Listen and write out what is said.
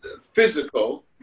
physical